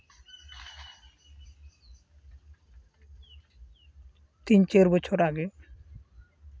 ᱛᱤᱱᱼᱪᱟᱹᱨ ᱵᱚᱪᱷᱚᱨ ᱟᱜᱮ